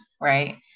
right